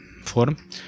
form